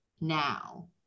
now